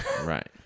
Right